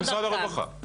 זה ממשרד הרווחה.